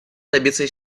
добиться